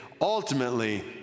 ultimately